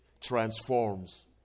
transforms